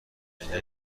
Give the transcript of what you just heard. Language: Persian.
اینجا